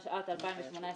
התשע"ט-2018,